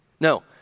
No